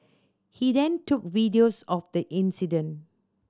he then took videos of the incident